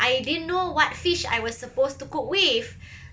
I didn't know what fish I was supposed to cook with